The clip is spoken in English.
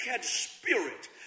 spirit